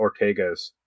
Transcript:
Ortegas